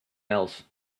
else